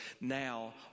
now